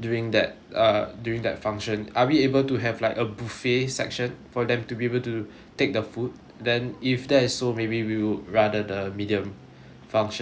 during that uh during that function are we able to have like a buffet section for them to be able to take the food then if that is so maybe we'll rather the medium function room